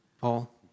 Paul